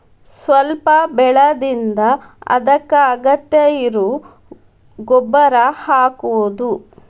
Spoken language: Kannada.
ಸ್ವಲ್ಪ ಬೆಳದಿಂದ ಅದಕ್ಕ ಅಗತ್ಯ ಇರು ಗೊಬ್ಬರಾ ಹಾಕುದು